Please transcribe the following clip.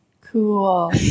Cool